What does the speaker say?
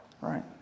right